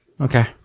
Okay